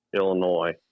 Illinois